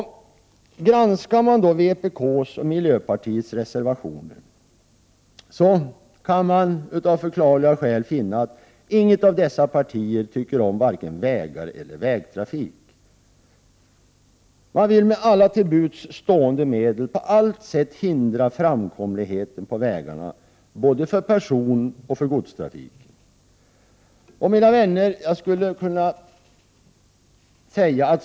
Granskar man vpk:s och miljöpartiets reservationer, kan man av förklarliga skäl finna att inget av dessa partier tycker om vare sig vägar eller vägtrafik. Man vill med alla till buds stående medel på allt sätt förhindra framkomligheten på vägarna, både för personoch godstrafiken.